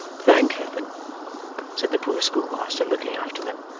thank heaven said the poor schoolmaster, looking after them.